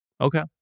Okay